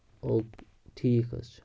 او کے ٹھیٖک حظ چھُ